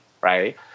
right